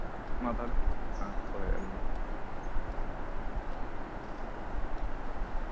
ᱢᱟ ᱛᱚᱵᱮ ᱦᱮᱸ ᱫᱚᱦᱚᱭᱮᱫᱼᱟ ᱞᱤᱧ ᱢᱟ